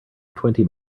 twenty